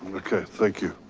okay, thank you.